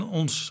ons